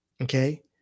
Okay